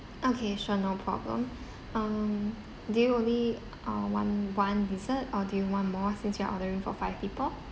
okay sure no problem um do you only uh want one dessert or do you want more since you're ordering for five people